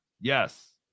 yes